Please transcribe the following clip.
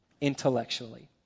intellectually